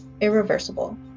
irreversible